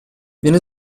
viene